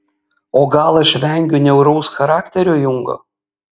o gal aš vengiu niauraus charakterio jungo